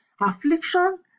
affliction